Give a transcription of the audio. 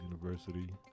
University